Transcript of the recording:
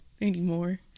anymore